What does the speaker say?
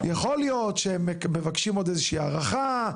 יכול להיות שהם מבקשים עוד איזושהי הארכה,